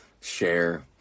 share